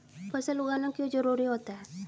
फसल उगाना क्यों जरूरी होता है?